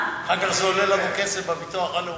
בביטוח הלאומי.